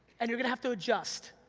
and you're gonna have to adjust,